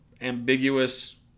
ambiguous